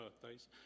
birthdays